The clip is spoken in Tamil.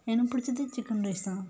எனக்கு பிடிச்சது சிக்கன் ரைஸ் தான்